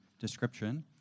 description